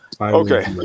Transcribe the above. Okay